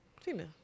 Female